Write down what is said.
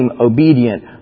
obedient